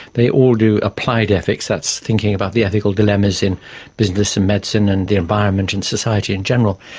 they all do applied ethics, that's thinking about the ethical dilemmas in business and medicine and the environment and society in general.